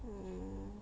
um